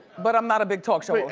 but i'm not a big talk show yeah